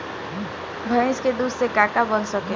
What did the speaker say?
भइस के दूध से का का बन सकेला?